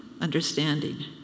understanding